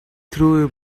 threw